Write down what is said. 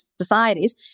societies